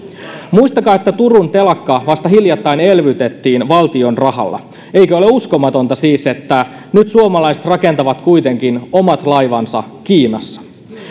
muistakaa että turun telakka vasta hiljattain elvytettiin valtion rahalla eikö ole uskomatonta siis että nyt suomalaiset rakentavat kuitenkin omat laivansa kiinassa